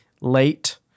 late